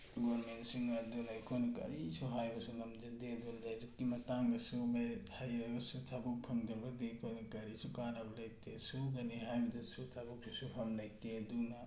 ꯒꯣꯔꯃꯦꯟꯁꯤꯡ ꯑꯗꯨꯅ ꯑꯩꯈꯣꯏꯅ ꯀꯔꯤꯁꯨ ꯍꯥꯏꯕꯁꯨ ꯉꯝꯖꯗꯦ ꯑꯗꯣ ꯂꯥꯏꯔꯤꯛꯀꯤ ꯃꯇꯥꯡꯗꯁꯨ ꯃꯦꯔꯤꯠ ꯍꯩꯔꯒꯁꯨ ꯊꯕꯛ ꯐꯪꯗ꯭ꯔꯕꯗꯤ ꯑꯩꯈꯣꯏꯗ ꯀꯔꯤꯁꯨ ꯀꯥꯟꯅꯕ ꯂꯩꯇꯦ ꯁꯨꯒꯅꯤ ꯍꯥꯏꯕꯗꯨꯁꯨ ꯊꯕꯛꯁꯨ ꯁꯨꯐꯝ ꯂꯩꯇꯦ ꯑꯗꯨꯅ